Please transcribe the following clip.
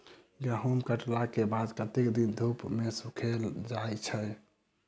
गहूम कटला केँ बाद कत्ते दिन धूप मे सूखैल जाय छै?